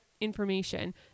information